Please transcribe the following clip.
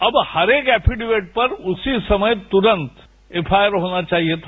अब हरेक एफिडेविट पर उसी समय तुरंत एफआईआर होना चाहिए था